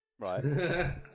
Right